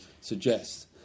suggests